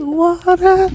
water